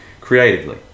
creatively